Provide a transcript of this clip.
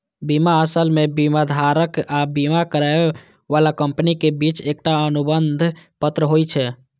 बीमा असल मे बीमाधारक आ बीमा करै बला कंपनी के बीच एकटा अनुबंध पत्र होइ छै